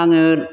आङो